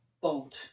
boat